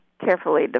carefully